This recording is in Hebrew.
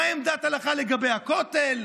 מה עמדת ההלכה לגבי הכותל.